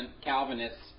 Calvinists